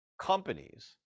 companies